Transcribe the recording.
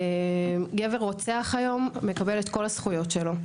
גבר רוצח היום מקבל את כל הזכויות שלו.